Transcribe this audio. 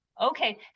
okay